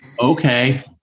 Okay